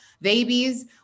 babies